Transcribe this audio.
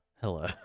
hello